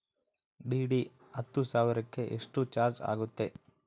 DD ಹತ್ತು ಸಾವಿರಕ್ಕೆ ಎಷ್ಟು ಚಾಜ್೯ ಆಗತ್ತೆ?